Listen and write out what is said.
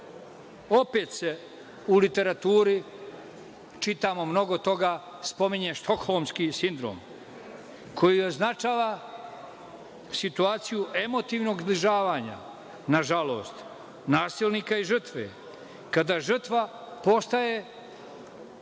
se u literaturi, čitamo mnogo toga, spominje stokholmski sindrom, koji označava situaciju emotivnog zbližavanja, nažalost, nasilnika i žrtve, kada žrtva postaje